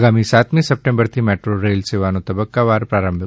આગામી સાતમી સપ્ટેમ્બરથી મેટ્રો રેલ સેવાનો તબક્કાવાર પ્રારંભ કરાશે